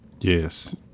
Yes